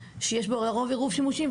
שיש בו לרוב עירוב שימושים.